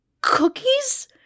cookies